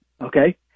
okay